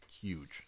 Huge